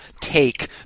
take